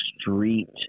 street